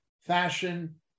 fashion